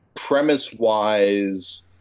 Premise-wise